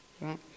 right